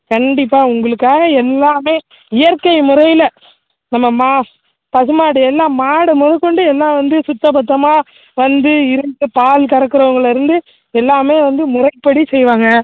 கண்டிப்பாக உங்களுக்காக எல்லாமே இயற்கை முறையில் நம்ம மா பசு மாடு எல்லாம் மாடு முதற்கொண்டு எல்லாம் வந்து சுத்த பத்தமாக வந்து இருந்து பால் கறக்கிறவங்கள்ல இருந்து எல்லாமே வந்து முறைப்படி செய்வாங்க